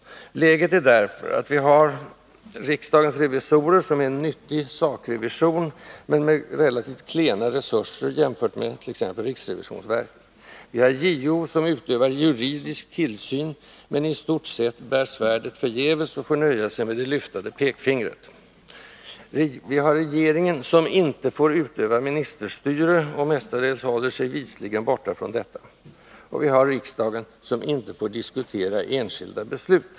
Läget är därför det, att vi har riksdagens revisorer som en nyttig sakrevision men med relativt klena resurser jämfört med t.ex. riksrevisionsverket. Vi har JO som utövar juridisk tillsyn men i stort sett bär svärdet förgäves och får nöja sig med det lyfta pekfingret. Vi har regeringen som inte får utöva ministerstyre och mestadels håller sig visligen borta från detta. Och vi har riksdagen som inte får diskutera enskilda beslut.